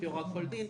לפי הוראות כל דין,